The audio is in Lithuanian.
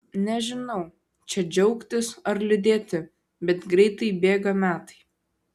nežinau čia džiaugtis ar liūdėti bet greitai bėga metai